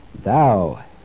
Thou